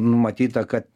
numatyta kad